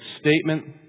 statement